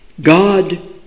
God